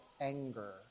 anger